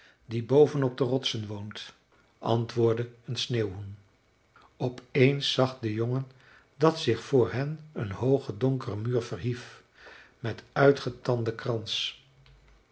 die boven op de rotsen woont antwoordde een sneeuwhoen op eens zag de jongen dat zich voor hen een hooge donkere muur verhief met uitgetanden krans